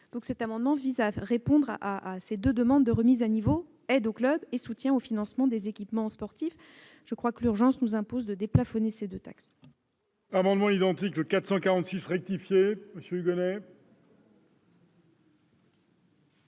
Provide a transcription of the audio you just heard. L'amendement vise à répondre à ces demandes de remise à niveau : aides aux clubs et soutien au financement des équipements sportifs. Je crois que l'urgence nous impose de déplafonner ces deux taxes.